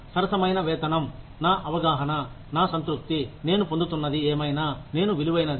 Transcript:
సరసమైన వేతనం నా అవగాహన నా సంతృప్తి నేను పొందుతున్నది ఏమైనా నేను విలువైనది